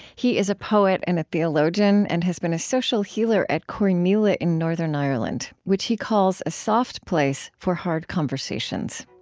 he is a poet and a theologian, and has been a social healer at corrymeela in northern ireland which he calls a soft place for hard conversations.